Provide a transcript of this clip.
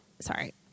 Sorry